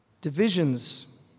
divisions